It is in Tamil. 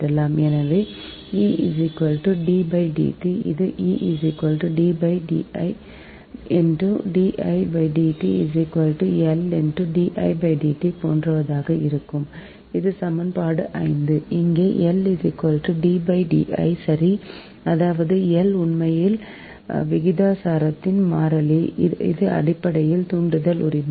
எனவே இது இது போன்றதாக இருக்கும் இது சமன்பாடு 5 எங்கே சரி அதாவது L உண்மையில் விகிதாசாரத்தின் மாறிலி அது அடிப்படையில் தூண்டல் உரிமை